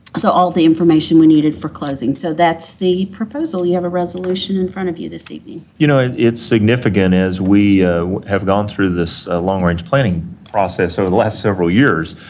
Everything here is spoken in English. so, all the information we needed for closing. so, that's the proposal. you have a resolution in front of you this evening. you know, it's significant as we have gone through this long-range planning process over the last several years,